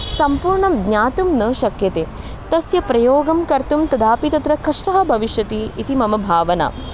सम्पूर्णं ज्ञातुं न शक्यते तस्य प्रयोगं कर्तुं तदापि तत्र कष्टः भविष्यति इति मम भावना